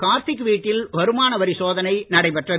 கார்த்திக் வீட்டில் வருமான வரி சோதனை நடைபெற்றது